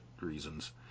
reasons